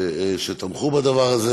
שתמכו בזה,